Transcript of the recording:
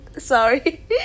sorry